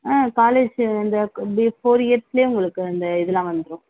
ஆ college இந்த இந்த four இயர்ஸ்லயே உங்களுக்கு இந்த இதெல்லாம் வந்துரும்